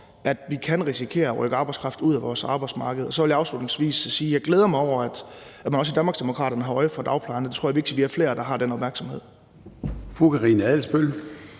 at vi kan risikere at rykke arbejdskraft ud af vores arbejdsmarked. Så vil jeg afslutningsvis sige, at jeg glæder mig over, at man også i Danmarksdemokraterne har øje for dagplejerne. Jeg tror, det er vigtigt, at vi er flere, der har den opmærksomhed. Kl.